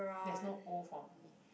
there's no O for me